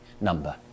number